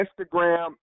Instagram